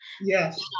Yes